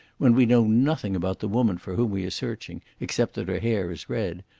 when we know nothing about the woman for whom we are searching, except that her hair is red,